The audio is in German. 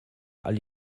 all